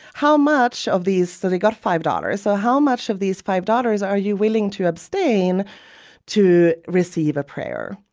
how much of these so they got five dollars so how much of these five dollars are you willing to abstain to receive a prayer?